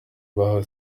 bahawe